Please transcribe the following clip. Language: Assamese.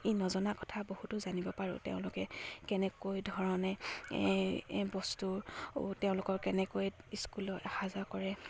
ই নজনা কথা বহুতো জানিব পাৰোঁ তেওঁলোকে কেনেকৈ ধৰণে বস্তুৰ তেওঁলোকৰ কেনেকৈ স্কুললৈ অহা যোৱা কৰে